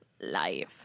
life